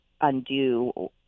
undo